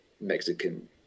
Mexican